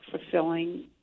fulfilling